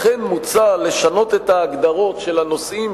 לכן מוצע לשנות את ההגדרות של הנושאים